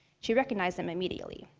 she recognized them immediately.